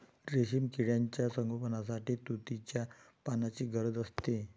रेशीम किड्यांच्या संगोपनासाठी तुतीच्या पानांची गरज असते